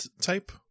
type